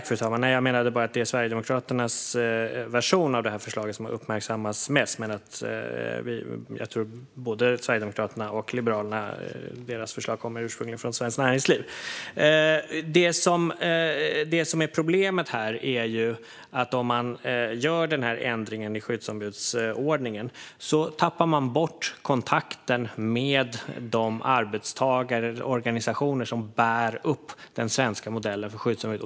Fru talman! Jag menade bara att det är Sverigedemokraternas version av förslaget som har uppmärksammats mest. Jag tror att både Sverigedemokraternas och Liberalernas förslag ursprungligen kommer från Svenskt Näringsliv. Det som är problemet är att om man gör den här ändringen i skyddsombudsordningen tappar man bort kontakten med de arbetstagarorganisationer som bär upp den svenska modellen för skyddsombud.